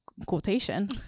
quotation